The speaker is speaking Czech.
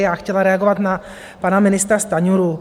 Já chtěla reagovat na pana ministra Stanjuru.